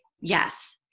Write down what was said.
yes